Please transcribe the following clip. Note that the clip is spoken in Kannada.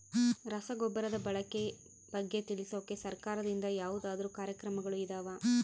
ರಸಗೊಬ್ಬರದ ಬಳಕೆ ಬಗ್ಗೆ ತಿಳಿಸೊಕೆ ಸರಕಾರದಿಂದ ಯಾವದಾದ್ರು ಕಾರ್ಯಕ್ರಮಗಳು ಇದಾವ?